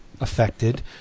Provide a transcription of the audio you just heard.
affected